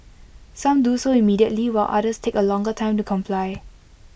some do so immediately while others take A longer time to comply